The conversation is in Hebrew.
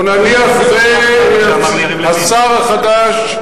או נניח השר החדש,